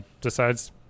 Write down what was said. decides